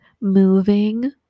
Moving